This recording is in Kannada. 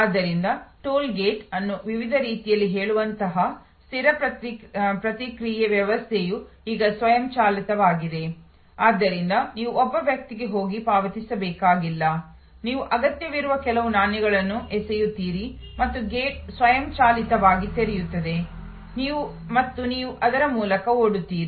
ಆದ್ದರಿಂದ ಟೋಲ್ ಗೇಟ್ ಅನ್ನು ವಿವಿಧ ರೀತಿಯಲ್ಲಿ ಹೇಳುವಂತಹ ಸ್ಥಿರ ಪ್ರತಿಕ್ರಿಯೆ ವ್ಯವಸ್ಥೆಯು ಈಗ ಸ್ವಯಂಚಾಲಿತವಾಗಿದೆ ಆದ್ದರಿಂದ ನೀವು ಒಬ್ಬ ವ್ಯಕ್ತಿಗೆ ಹೋಗಿ ಪಾವತಿಸಬೇಕಾಗಿಲ್ಲ ನೀವು ಅಗತ್ಯವಿರುವ ಕೆಲವು ನಾಣ್ಯಗಳನ್ನು ಎಸೆಯುತ್ತೀರಿ ಮತ್ತು ಗೇಟ್ ಸ್ವಯಂಚಾಲಿತವಾಗಿ ತೆರೆಯುತ್ತದೆ ಮತ್ತು ನೀವು ಅದರ ಮೂಲಕ ಓಡುತ್ತೀರಿ